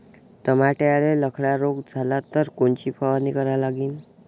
टमाट्याले लखड्या रोग झाला तर कोनची फवारणी करा लागीन?